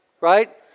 right